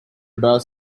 radar